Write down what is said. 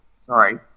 Sorry